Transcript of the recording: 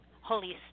Holy